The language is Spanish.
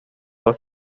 dos